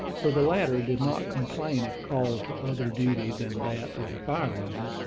for the latter did not complain if called to other duty than that of the fire-room,